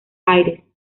aires